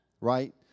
right